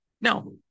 Now